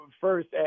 first